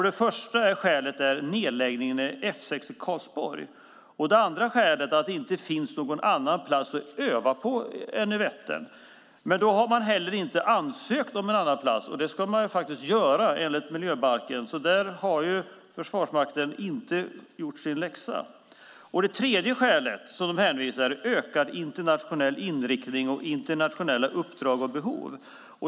Det första skälet är nedläggningen av F 6 i Karlsborg. Det andra skälet är att det inte finns någon annan plats att öva på än Vättern. Men då har man inte ansökt om någon annan plats. Det ska man göra enligt miljöbalken. Där har Försvarsmakten inte gjort sin läxa. Det tredje skälet är ökad internationell inriktning och internationella uppdrag.